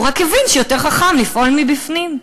הוא רק הבין שיותר חכם לפעול מבפנים,